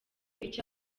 icyo